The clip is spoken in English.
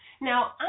Now